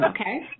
okay